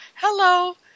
Hello